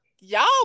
y'all